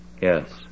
Yes